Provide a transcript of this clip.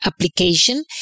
application